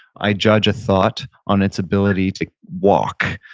i judge a thought on its ability to walk,